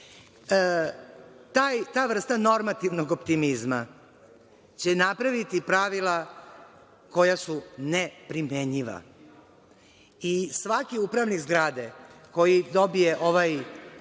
vrsta normativnog optimizma će napraviti pravila koja su neprimenjiva. I svaki upravnik zgrade koji dobije ovaj